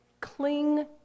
cling